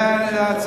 זה לחומרה.